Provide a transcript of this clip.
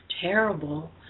terrible